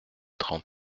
trente